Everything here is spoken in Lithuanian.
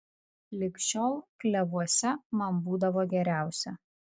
lig šiol klevuose man būdavo geriausia